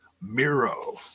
Miro